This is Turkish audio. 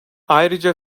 ayrıca